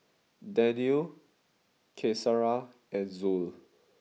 Danial Qaisara and Zul